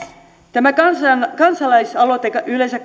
tämä kansalaisaloite yleensä